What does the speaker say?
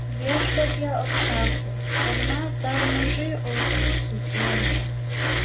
viešpatie aukščiausias ar mes dar mažai aukų sudėjome